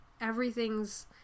everything's